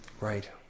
Right